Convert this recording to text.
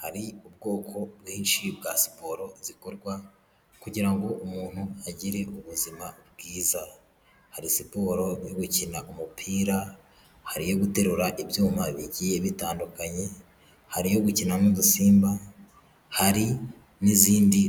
Hari ubwoko bwinshi bwa siporo zikorwa kugira ngo umuntu agire ubuzima bwiza, hari siporo yo gukina umupira, hari iyo guterura ibyuma bigiye bitandukanye, hari iyo gukina n'udusimba, hari n'izindi